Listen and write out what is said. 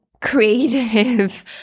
creative